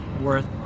worth